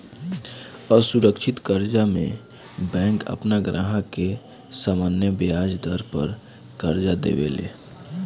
असुरक्षित कर्जा में बैंक आपन ग्राहक के सामान्य ब्याज दर पर कर्जा देवे ले